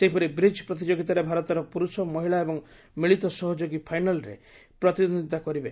ସେହିପରି ବ୍ରିକ୍ ପ୍ରତିଯୋଗିତାରେ ଭାରତର ପୁରୁଷ ମହିଳା ଏବଂ ମିଳିତ ପ୍ରତିଯୋଗୀ ଫାଇନାଲ୍ରେ ପ୍ରତିଦ୍ୱନ୍ଦ୍ୱିତା କରିବେ